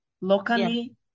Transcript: locally